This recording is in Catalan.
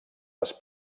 les